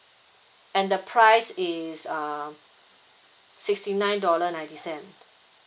and the prize is um sixty nine dollar ninety cent